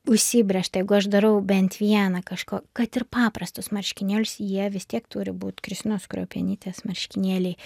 užsibrėžta jeigu aš darau bent vieną kažko kad ir paprastus marškinėlius jie vis tiek turi būt kristinos kruopienytės marškinėliai